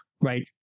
right